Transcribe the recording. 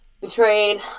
betrayed